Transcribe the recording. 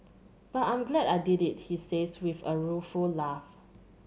but I'm glad I did it he says with a rueful laugh